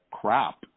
crap